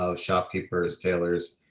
ah shopkeepers tailors